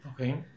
Okay